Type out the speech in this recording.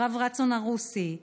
הרב רצון ערוסי,